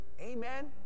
Amen